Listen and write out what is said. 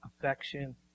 affection